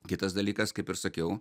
kitas dalykas kaip ir sakiau